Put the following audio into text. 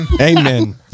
Amen